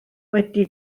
wedi